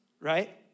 right